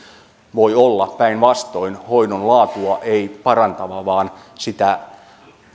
voi olla päinvastoin ei hoidon laatua parantava vaan sitä